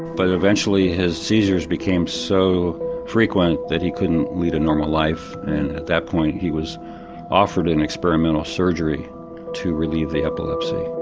but eventually his seizures became so frequent that he couldn't lead a normal life and at that point he was offered an experimental surgery to relieve the epilepsy.